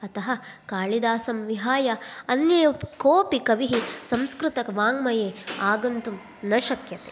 अतः काळिदासं विहाय अन्ये कोपि कविः संस्कृतवाङ्मये आगन्तुं न शक्यते